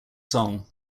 song